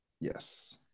Yes